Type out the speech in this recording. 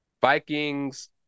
Vikings